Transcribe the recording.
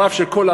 הרב של האסירים,